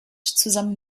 zusammen